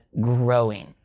growing